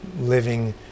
Living